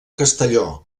castelló